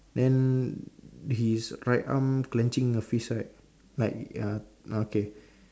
then his right arm clenching a fist right like err okay